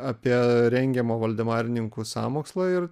apie rengiamą voldemarininkų sąmokslą ir